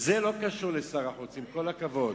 זה לא קשור לשר החוץ, עם כל הכבוד.